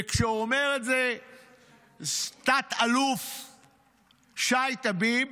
כשאומר את זה תת-אלוף שי טייב,